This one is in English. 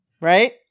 Right